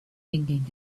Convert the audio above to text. ringing